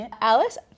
Alice